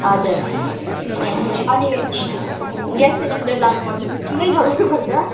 हजुर अनि gas cylinder लानु पर्छ कि चुला जलाउनु पर्छ